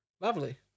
Lovely